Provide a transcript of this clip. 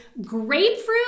Grapefruit